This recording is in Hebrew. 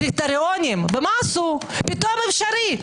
ופתאום אפשרי.